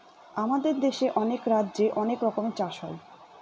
আমাদের দেশে অনেক রাজ্যে অনেক রকমের চাষ হয়